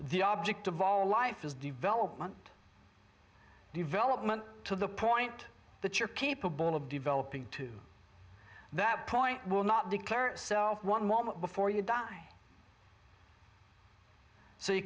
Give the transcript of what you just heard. the object of all life is development development to the point that you're capable of developing to that point will not declare itself one moment before you die so you